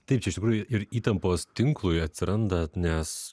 taip čia iš tikrųjų ir įtampos tinklui atsiranda nes